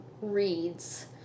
reads